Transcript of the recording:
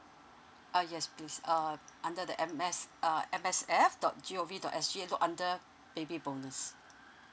uh yes please uh under the m s uh M S F dot g o v dot s g look under baby bonus